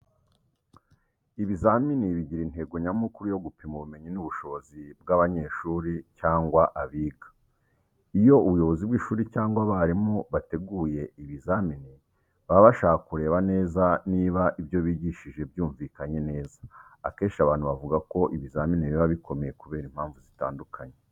Ibizamini bigira intego nyamukuru yo gupima ubumenyi n’ubushobozi bw’abanyeshuri cyangwa abiga. Iyo ubuyobozi bw’ishuri cyangwa abarimu bateguye ibizamini, baba bashaka kureba neza niba ibyo bigishije byumvikanye neza. Akenshi abantu bavuga ko ibizamini biba bikomeye kubera impamvu zitandukanye.